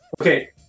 Okay